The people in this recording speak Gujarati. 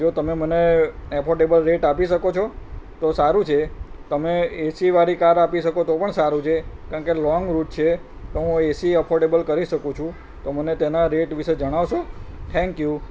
જો તમે મને એફોર્ડેબલ રેટ આપી શકો છો તો સારું છે તમે એસી વાળી કાર આપી શકો તો પણ સારું છે કારણ કે લોંગ રુટ છે તો હું એસી એફોર્ડેબલ કરી શકું છું તો મને તેનાં રેટ વિશે જણાવશો ઠેન્ક યુ